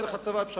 דרך הצבא.